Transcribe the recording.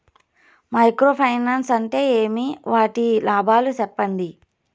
Micro finance అంటే ఏమి? వాటి లాభాలు సెప్పండి?